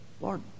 Lord